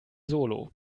solo